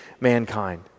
mankind